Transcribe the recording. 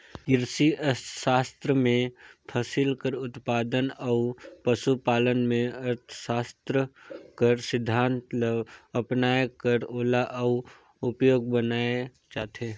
किरसी अर्थसास्त्र में फसिल कर उत्पादन अउ पसु पालन में अर्थसास्त्र कर सिद्धांत ल अपनाए कर ओला अउ उपयोगी बनाए जाथे